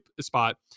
spot